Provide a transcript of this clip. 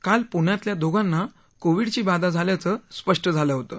काल पुण्यातल्या दोघांना कोविडची बाधा झाल्याचं स्पष्ट झालं होतं